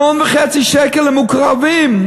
1.5 מיליון שקל למקורבים,